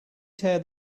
tear